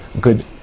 good